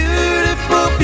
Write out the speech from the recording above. Beautiful